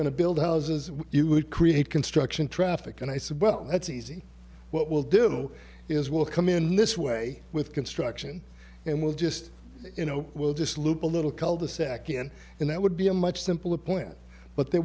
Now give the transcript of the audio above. going to build houses you would create construction traffic and i said well that's easy what will do is will come in this way with construction and we'll just you know we'll just loop a little culdesac in and that would be a much simpler point but there